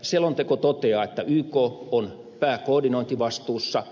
selonteko toteaa että yk on pääkoordinointivastuussa